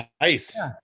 nice